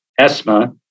ESMA